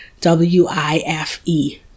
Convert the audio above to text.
W-I-F-E